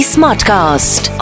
Smartcast